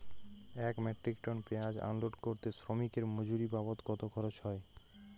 এক metric ton পেঁয়াজ unload করতে শ্রমিকের মজুরি বাবদ কত খরচ হয়?